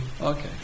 Okay